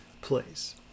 place